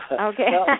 Okay